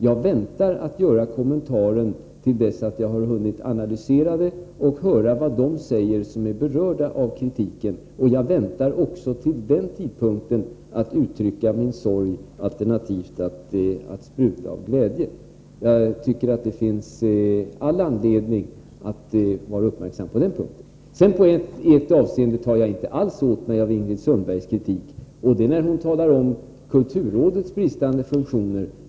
Jag väntar att göra kommentaren till dess att jag har hunnit analysera dem och höra vad de som är berörda av kritiken säger. Jag väntar också med att uttrycka min sorg alternativt att sprudla av glädje. Jag tycker att det finns all anledning att vara uppmärksam på denna punkt. I ett avseende tar jag inte alls åt mig när det gäller Ingrid Sundbergs kritik, och det är när hon talar om kulturrådets bristande funktioner.